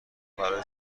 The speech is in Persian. برای